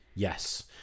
Yes